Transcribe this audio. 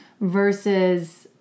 versus